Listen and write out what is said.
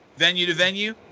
venue-to-venue